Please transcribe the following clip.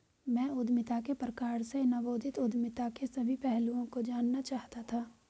मैं उद्यमिता के प्रकार में नवोदित उद्यमिता के सभी पहलुओं को जानना चाहता था